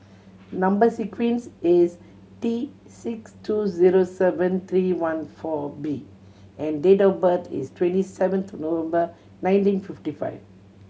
number sequence is T six two zero seven three one four B and date of birth is twenty seventh November nineteen fifty five